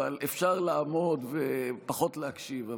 אבל אפשר לעמוד ופחות להקשיב,